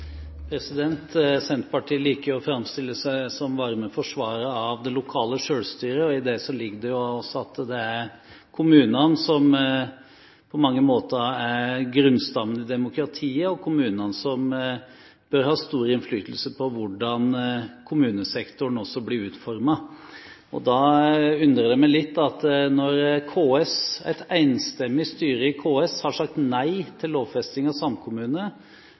Senterpartiet liker å framstille seg som varm forsvarer av det lokale selvstyret. I det ligger det også at det er kommunene som på mange måter er grunnstammen i demokratiet, og kommunene som bør ha stor innflytelse på hvordan kommunesektoren også blir utformet. Da undrer det meg litt at når et enstemmig styre i KS har sagt nei til lovfesting av samkommune,